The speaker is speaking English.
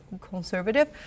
conservative